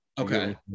Okay